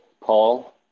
Paul